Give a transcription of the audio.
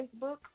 Facebook